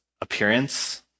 appearance